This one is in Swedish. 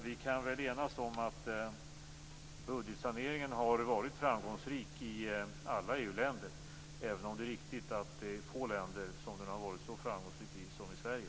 Vi kan väl enas om att budgetsaneringen har varit framgångsrik i alla EU-länder - även om det är riktigt att det är få länder som den har varit så framgångsrik i som Sverige.